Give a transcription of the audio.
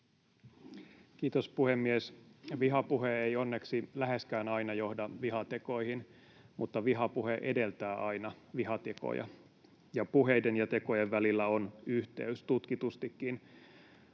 Kiitos, puhemies! Vihapuhe ei onneksi läheskään aina johda vihatekoihin, mutta vihapuhe edeltää aina vihatekoja, ja puheiden ja tekojen välillä on yhteys tutkitustikin.